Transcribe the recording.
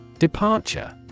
Departure